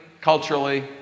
culturally